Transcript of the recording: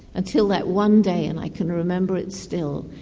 until that one day, and i can remember it still,